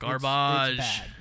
Garbage